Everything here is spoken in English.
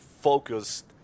focused